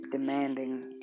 demanding